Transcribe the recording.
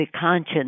conscience